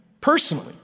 personally